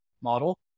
model